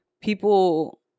people